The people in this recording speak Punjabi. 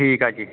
ਠੀਕ ਆ ਜੀ